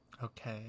Okay